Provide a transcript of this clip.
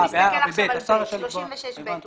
תסתכל על סעיף 36(ב).